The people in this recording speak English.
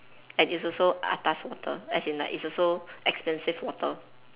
and it's also atas water as in like it's also expensive water